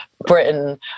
Britain